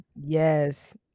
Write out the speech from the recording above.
yes